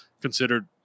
considered